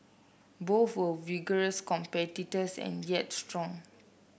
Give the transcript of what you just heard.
both were vigorous competitors and yet strong